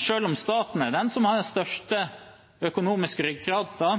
Selv om staten er den som har den største